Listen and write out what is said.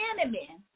enemy